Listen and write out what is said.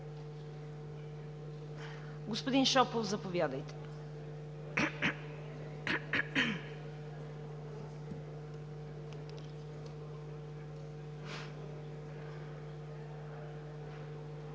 Господин Иванов, заповядайте.